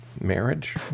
marriage